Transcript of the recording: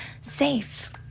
safe